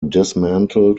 dismantled